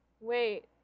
Wait